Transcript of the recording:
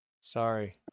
Sorry